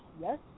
yes